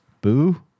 boo